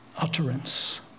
utterance